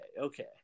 okay